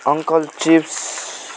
uncle chips